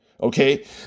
Okay